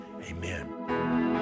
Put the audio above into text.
Amen